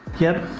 yep.